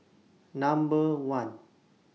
Number one